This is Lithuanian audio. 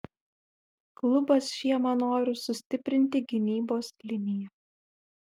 klubas žiemą nori sustiprinti gynybos liniją